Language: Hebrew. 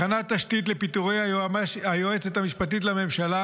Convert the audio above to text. הכנת תשתית לפיטורי היועצת המשפטית לממשלה,